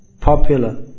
popular